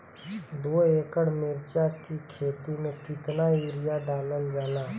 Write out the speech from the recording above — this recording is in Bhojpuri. दो एकड़ मिर्च की खेती में कितना यूरिया डालल जाला?